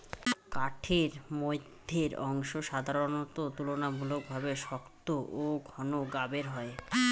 কাঠের মইধ্যের অংশ সাধারণত তুলনামূলকভাবে শক্ত ও ঘন গাবের হয়